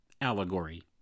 allegory